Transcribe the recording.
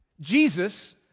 Jesus